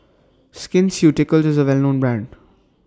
Skin Ceuticals IS A Well known Brand